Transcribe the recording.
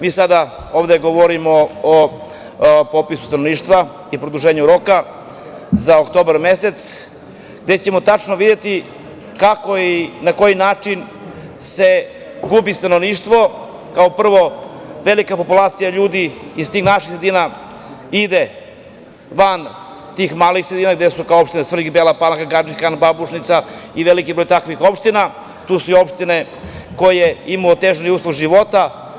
Mi sada ovde govorimo o popisu stanovništva i produženju roka za oktobar mesec, gde ćemo tačno videti kako i na koji način gubi stanovništvo, kao prvo velika populacija naših ljudi iz tih naših sredina van tih malih sredina gde su kao opština Svrljig i Bela Palanka, Gadžin Han, Babušnica, i veliki broj takvih opština, to su opštine koje imaju teške uslove života.